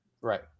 Right